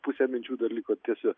pusė minčių dar liko tiesiog